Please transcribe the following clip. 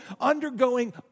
undergoing